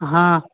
हाँ